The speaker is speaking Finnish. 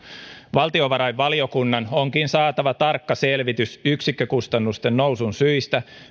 valtiovarainvaliokunnan onkin saatava tarkka selvitys yksikkökustannusten nousun syistä